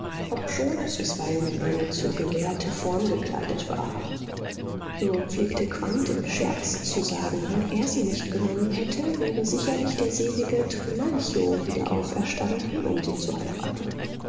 obschon es bisweilen in eine zu gelehrte form gekleidet war so pflegte quandt im scherz zu sagen wenn er sie nicht genommen hätte wäre sicherlich der selige trimalchio wieder auferstanden um sie zu heiraten